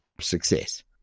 success